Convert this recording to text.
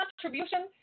contribution